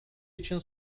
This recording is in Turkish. için